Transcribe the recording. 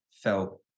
felt